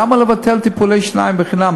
למה לבטל טיפולי שיניים בחינם?